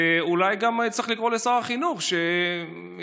אולי צריך גם לקרוא לשר החינוך שיכנס